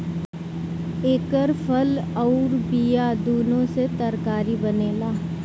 एकर फल अउर बिया दूनो से तरकारी बनेला